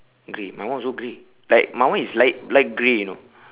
grey my one also grey like my one is light light grey you know